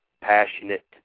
passionate